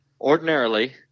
Ordinarily